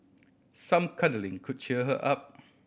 some cuddling could cheer her up